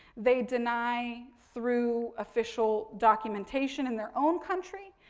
they deny through official documentation in their own country.